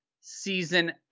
season